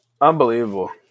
Unbelievable